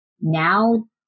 Now